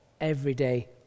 everyday